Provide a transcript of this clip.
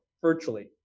virtually